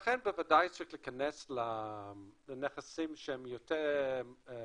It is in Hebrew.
לכן בוודאי צריך להיכנס לנכסים שהם יותר תנודתיים,